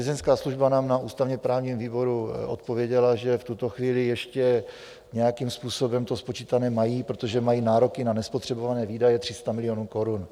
Vězeňská služba nám na ústavněprávním výboru odpověděla, že v tuto chvíli ještě nějakým způsobem to spočítané mají, protože nemají nároky na nespotřebované výdaje 300 milionů korun.